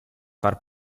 far